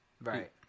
Right